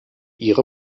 ihre